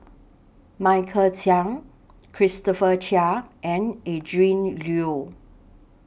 Michael Chiang Christopher Chia and Adrin Loi